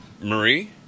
Marie